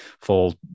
full